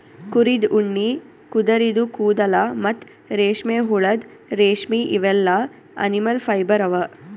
ಕುರಿದ್ ಉಣ್ಣಿ ಕುದರಿದು ಕೂದಲ ಮತ್ತ್ ರೇಷ್ಮೆಹುಳದ್ ರೇಶ್ಮಿ ಇವೆಲ್ಲಾ ಅನಿಮಲ್ ಫೈಬರ್ ಅವಾ